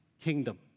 kingdom